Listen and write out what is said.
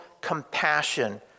compassion